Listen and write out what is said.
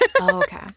okay